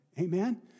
Amen